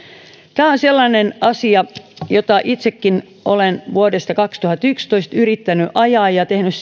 tämä on sellainen asia jota itsekin olen vuodesta kaksituhattayksitoista yrittänyt ajaa ja tehnyt